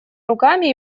руками